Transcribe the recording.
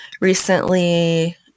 recently